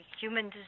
human